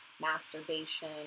masturbation